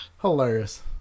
Hilarious